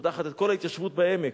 שפותחת את כל ההתיישבות בעמק.